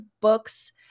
books